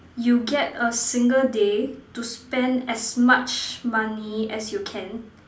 you get a single day to spend as much money as you can